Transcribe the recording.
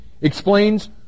explains